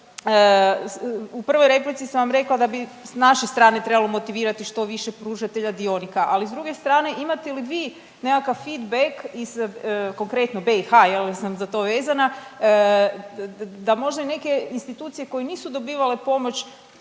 u prvoj replici sam vam rekla da bi s naše strane trebalo motivirati što više pružatelja dionika, ali s druge strane imate li vi nekakav feedbeck iz konkretno BiH jel jer sam za to vezana da možda i neke institucije koje nisu dobivale pomoć